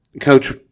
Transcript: Coach